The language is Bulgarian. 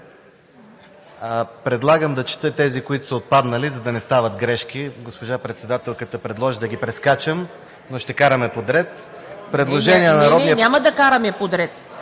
Предлагам да чета тези, които са отпаднали, за да не стават грешки. Госпожа Председателката предложи да ги прескачам, но ще караме подред. ПРЕДСЕДАТЕЛ ТАТЯНА ДОНЧЕВА: Не, няма да караме подред.